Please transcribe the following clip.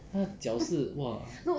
他的脚是 !wah!